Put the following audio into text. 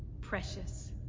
precious